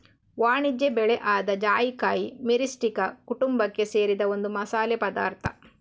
ವಾಣಿಜ್ಯ ಬೆಳೆ ಆದ ಜಾಯಿಕಾಯಿ ಮಿರಿಸ್ಟಿಕಾ ಕುಟುಂಬಕ್ಕೆ ಸೇರಿದ ಒಂದು ಮಸಾಲೆ ಪದಾರ್ಥ